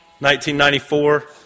1994